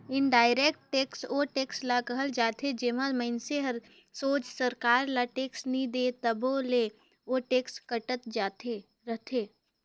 indirect tax ओ tax ल कहल जाथे जेम्हां मइनसे हर सोझ सरकार ल टेक्स नी दे तबो ले ओ टेक्स कटत रहथे